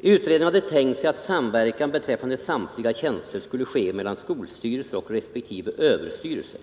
”Utredningen hade tänkt sig att samverkan beträffande samtliga tjänster skulle ske mellan skolstyrelse och respektive överstyrelse.